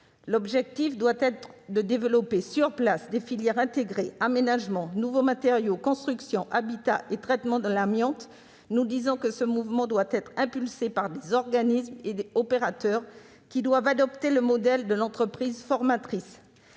L'objectif doit être de développer sur place des filières intégrées : aménagement, nouveaux matériaux, construction, habitat et traitement de l'amiante. Selon nous, ce mouvement doit être impulsé par des mécanismes et des opérateurs qui doivent adopter le modèle de l'entreprise formatrice.